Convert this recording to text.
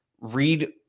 Read